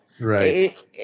Right